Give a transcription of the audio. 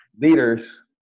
Leaders